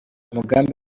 umugambi